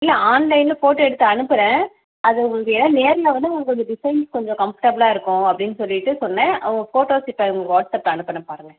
இல்லை ஆன்லைனில் ஃபோட்டோ எடுத்து அனுப்புகிறேன் அது உங்களுது ஏன் நேரில் வந்து உங்களுக்கு கொஞ்சம் டிசைன் கொஞ்சம் கம்ஃபர்டபுளாக இருக்கும் அப்படின் சொல்லிவிட்டு சொன்னேன் உங்கள் ஃபோட்டோஸ்கிட்ட உங்கள் வாட்ஸ்அப்பில் அனுப்புகிறேன் பாருங்கள்